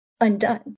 Undone